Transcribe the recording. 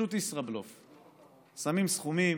שמים סכומים,